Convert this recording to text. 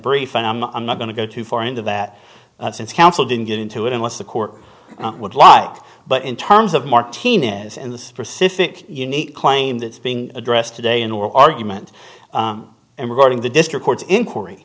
brief and i'm not going to go too far into that since counsel didn't get into it unless the court would like but in terms of martinez and the specific unique claim that's being addressed today in oral argument and regarding the district court's inquiry